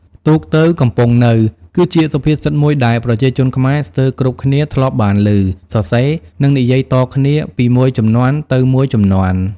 ទូកទៅ កំពង់នៅ គឺជាសុភាសិតមួយដែលប្រជាជនខ្មែរស្ទើរគ្រប់គ្នាធ្លាប់បានឮ សរសេរ និងនិយាយតគ្នា ពីមួយជំនាន់ទៅមួយជំនាន់។